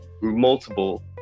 multiple